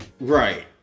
Right